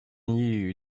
you